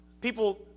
people